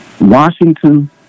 Washington